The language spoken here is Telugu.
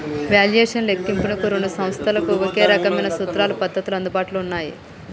వాల్యుయేషన్ లెక్కింపునకు రెండు సంస్థలకు ఒకే రకమైన సూత్రాలు, పద్ధతులు అందుబాటులో ఉన్నయ్యి